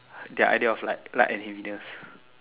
their idea of like like any videos